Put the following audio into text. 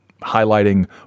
highlighting